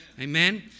Amen